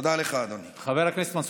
תודה לך, אדוני.